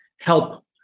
help